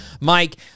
Mike